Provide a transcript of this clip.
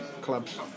clubs